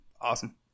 awesome